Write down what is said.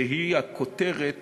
שהיא הכותרת